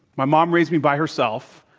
my mom raised me by herself,